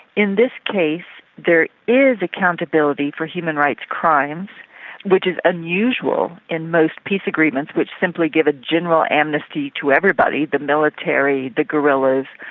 in this case there is accountability for human rights crimes which is unusual in most peace agreements which simply give a general amnesty to everybody the military, the guerrillas,